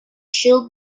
should